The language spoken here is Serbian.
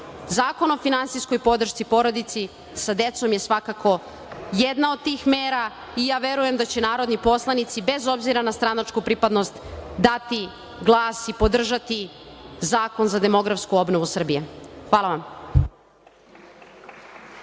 Zakon o finansijskoj podršci porodicama sa decom je svakako jedna od tih mera i ja verujem da će narodni poslanici bez obzira na stranačku pripadnost dati glas i podržati zakon za demografsku obnovu Srbije. Hvala vam.